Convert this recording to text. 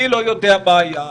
אני לא יודע מה היה,